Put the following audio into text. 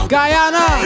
Guyana